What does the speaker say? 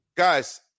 Guys